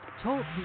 Talk